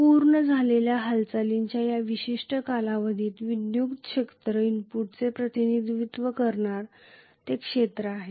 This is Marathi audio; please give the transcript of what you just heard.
पूर्ण झालेल्या हालचालींच्या या विशिष्ट कालावधीत विद्युत क्षेत्र इनपुटचे प्रतिनिधित्व करणारे ते क्षेत्र आहे